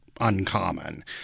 uncommon